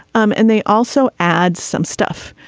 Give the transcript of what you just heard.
um and they also add some stuff.